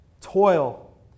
Toil